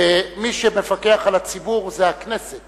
ומי שמפקח על הציבור זה הכנסת